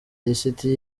lisiti